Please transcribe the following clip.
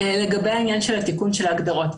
לגבי העניין של התיקון של ההגדרות,